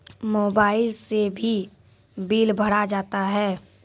Mobile से भी bill भरा जाता हैं?